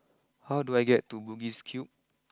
how do I get to Bugis Cube